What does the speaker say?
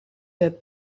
het